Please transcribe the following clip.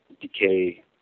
decay